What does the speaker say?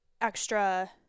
extra